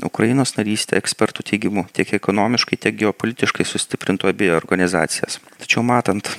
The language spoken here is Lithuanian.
ukrainos narystę ekspertų teigimu tiek ekonomiškai tiek geopolitiškai sustiprintų abi organizacijas tačiau matant